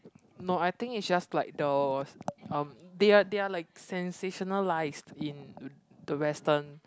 no I think it's just like there was um they are they are like sensationalised in the Western